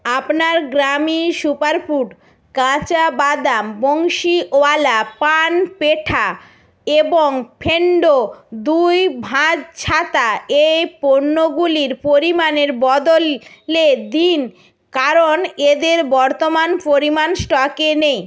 আপনার গ্রামি সুপারফুড কাঁচা বাদাম বংশীওয়ালা পান পেঠা এবং ফেন্ডো দুই ভাঁজ ছাতা এই পণ্যগুলির পরিমাণের বদল লে দিন কারণ এদের বর্তমান পরিমাণ স্টকে নেই